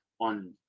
on